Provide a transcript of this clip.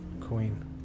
Queen